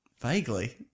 Vaguely